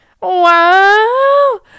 wow